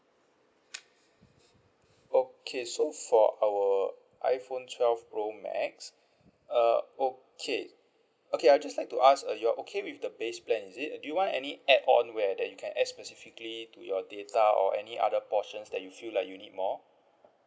okay so for our iphone twelve pro max uh okay okay I just like to ask uh you are okay with the base plan is it do you want any add on where you can add specifically to your data or any other portions that you feel like you need more